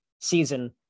season